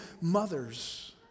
mothers